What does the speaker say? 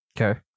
okay